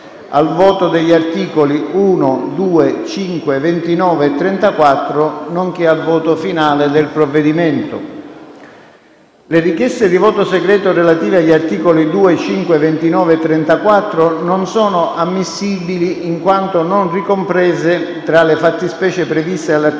al voto degli articoli 1, 2, 5, 29 e 34, nonché al voto finale del provvedimento. Le richieste di voto segreto relative agli articoli 2, 5, 29 e 34 non sono ammissibili in quanto non ricomprese tra le fattispecie previste dall'articolo